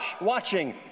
watching